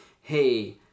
hey